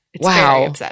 Wow